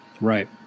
Right